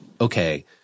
okay